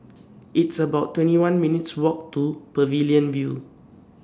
It's about twenty one minutes' Walk to Pavilion View